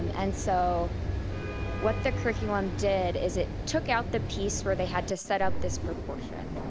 um and so what the curriculum did is it took out the piece where they had to set up this proportion,